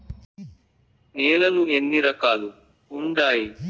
నేలలు ఎన్ని రకాలు వుండాయి?